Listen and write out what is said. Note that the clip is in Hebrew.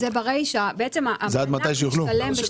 זה עד מתי שיוכלו.